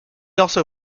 also